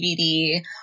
DVD